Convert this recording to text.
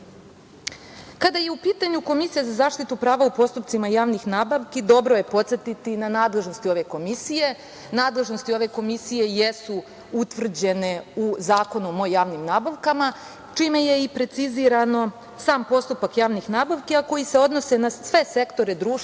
je u pitanju Komisija za zaštitu prava u postupcima javnih nabavki, dobro je podsetiti na nadležnosti ove Komisije. Nadležnosti ove Komisije jesu utvrđene u Zakonu o javnim nabavkama, čime je i preciziran sam postupak javnih nabavki a koji se odnosi na sve sektore društva